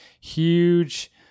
huge